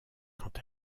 quant